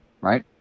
Right